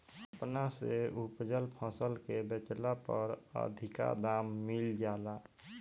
अपना से उपजल फसल के बेचला पर अधिका दाम मिल जाला